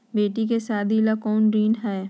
बेटी के सादी ला कोई ऋण हई?